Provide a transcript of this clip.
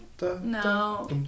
No